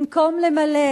במקום למלא